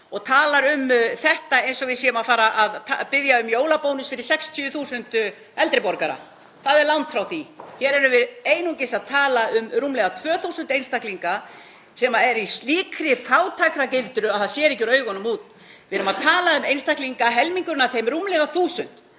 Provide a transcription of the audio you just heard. og talar um þetta eins og við séum að fara að biðja um jólabónus fyrir 60.000 eldri borgara. Það er langt frá því. Hér erum við einungis að tala um rúmlega 2.000 einstaklinga sem eru í slíkri fátæktargildru að það sér ekki úr augunum út. Við erum að tala um einstaklinga, að helmingurinn af þeim, rúmlega 1.000,